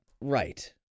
Right